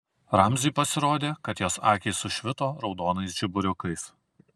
ramziui pasirodė kad jos akys sušvito raudonais žiburiukais